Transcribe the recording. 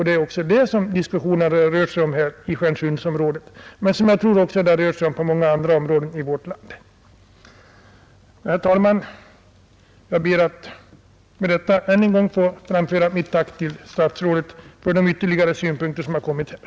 Det är också det diskussionen rör sig om i Stjärnsundsområdet, och jag tror att detsamma gäller i många andra områden i vårt land. Herr talman! Jag ber med detta att än en gång få framföra mitt tack till kommunikationsministern för de ytterligare synpunkter som han här anfört.